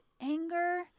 anger